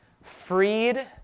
freed